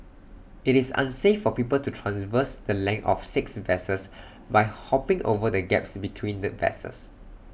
IT is unsafe for people to traverse the length of six vessels by hopping over the gaps between the vessels